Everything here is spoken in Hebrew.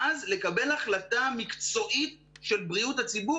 ואז לקבל החלטה מקצועית של בריאות הציבור